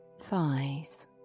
thighs